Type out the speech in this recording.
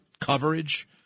coverage